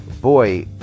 boy